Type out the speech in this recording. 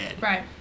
Right